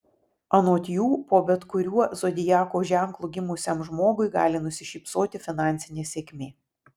anot jų po bet kuriuo zodiako ženklu gimusiam žmogui gali nusišypsoti finansinė sėkmė